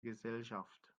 gesellschaft